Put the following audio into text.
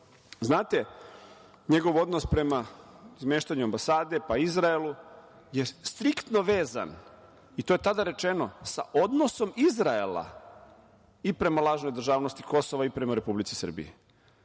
znate njegov odnos prema izmeštanju ambasade, pa Izraelu je striktno vezan i to je tada rečeno, sa odnosom Izraela i prema lažnoj državnosti Kosova i prema Republici Srbiji,